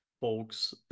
folks